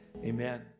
amen